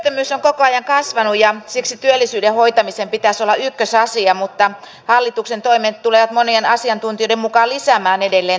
työttömyys on koko ajan kasvanut ja siksi työllisyyden hoitamisen pitäisi olla ykkösasia mutta hallituksen toimet tulevat monien asiantuntijoiden mukaan lisäämään edelleen työttömyyttä